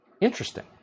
Interesting